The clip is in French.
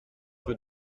rue